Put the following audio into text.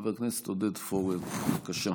חבר הכנסת עודד פורר, בבקשה.